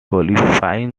qualifying